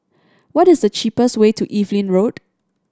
what is the cheapest way to Evelyn Road